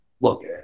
look